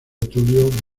tulio